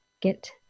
get